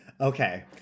Okay